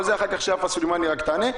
זה אחר כך, שיפה סולימני תענה.